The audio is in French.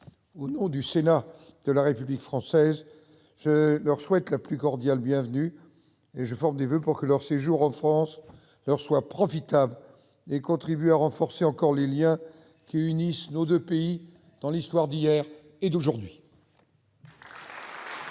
Au nom du Sénat de la République française, je lui souhaite la plus cordiale bienvenue et je forme des voeux pour que son séjour en France lui soit profitable et contribue à renforcer encore les liens qui unissent nos deux pays. Dans la suite du débat interactif, la parole est